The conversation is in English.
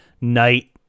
night